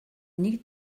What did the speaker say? нэг